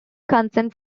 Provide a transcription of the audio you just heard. consent